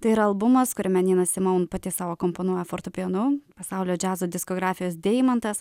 tai yra albumas kuriame nina simaun pati savo akomponuoja fortepijonu pasaulio džiazo diskografijos deimantas